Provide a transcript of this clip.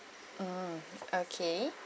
mm okay